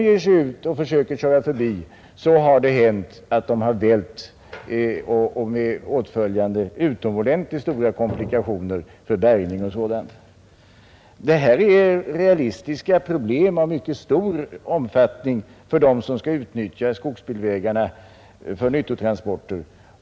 När de försökt sig på att köra förbi har det hänt att bilarna har vält med åtföljande utomordentligt Det här är realistiska problem av mycket stor omfattning för dem som skall utnyttja skogsbilvägarna för nyttotransporter.